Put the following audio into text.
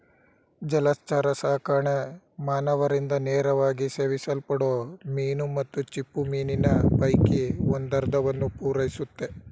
ಜಲಚರಸಾಕಣೆ ಮಾನವರಿಂದ ನೇರವಾಗಿ ಸೇವಿಸಲ್ಪಡೋ ಮೀನು ಮತ್ತು ಚಿಪ್ಪುಮೀನಿನ ಪೈಕಿ ಒಂದರ್ಧವನ್ನು ಪೂರೈಸುತ್ತೆ